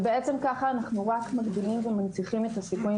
ובעצם ככה אנחנו רק מגדילים ומנציחים את הסיכויים